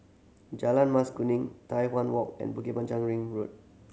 Jalan Mas Kuning Tai Hwan Walk and Bukit Panjang Ring Road